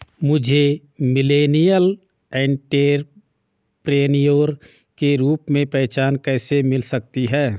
मुझे millennial entrepreneur के रूप में पहचान कैसे मिल सकती है?